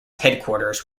headquarters